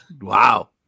Wow